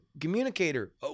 communicator